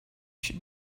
should